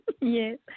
Yes